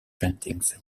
paintings